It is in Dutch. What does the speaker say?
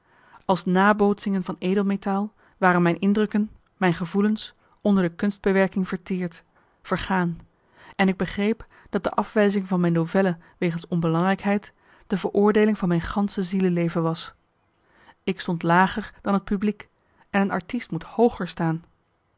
als nabootsingen van edel metaal waren mijn indrukken mijn gevoelens onder de kunstbewerking verteerd vergaan en ik begreep dat de afwijzing van mijn novelle wegens onbelangrijkheid de veroordeeling van mijn gansche zieleleven was ik stond lager dan het publiek en een artiest moet hooger staan